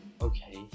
okay